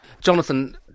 Jonathan